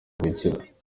gukira